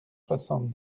soixante